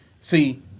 See